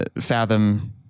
Fathom